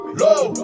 low